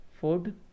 food